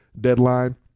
deadline